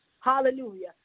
Hallelujah